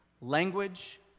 language